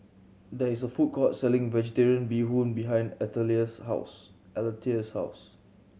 there is a food court selling Vegetarian Bee Hoon behind house Alethea's house